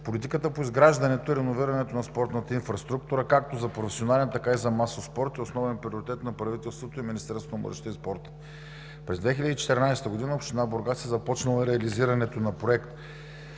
политиката по изграждането и реновирането на спортната инфраструктура както за професионален, така и за масов спорт, е основен приоритет на правителството и Министерството на младежта и спорта. През 2014 г. община Бургас е започнала реализирането на проект